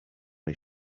his